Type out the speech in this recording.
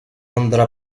andhra